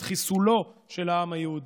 את חיסולו של העם היהודי,